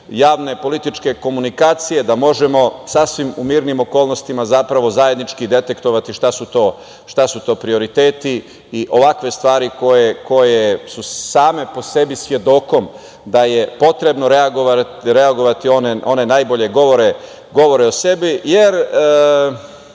javne političke komunikacije da možemo u sasvim mirnim okolnostima, zapravo, zajednički detektovati šta su to prioriteti i ovakve stvari koje su same po sebi svedokom da je potrebno reagovati, one najbolje govore o sebi. Šta